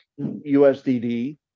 USDD